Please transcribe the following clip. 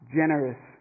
generous